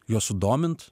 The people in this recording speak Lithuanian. juos sudomint